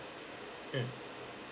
mm